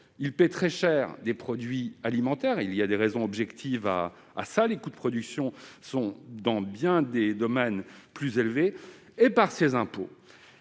Il paie très cher des produits alimentaires- mais il y a des raisons objectives à cela : les coûts de production sont bien souvent plus élevés -et, par ses impôts,